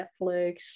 netflix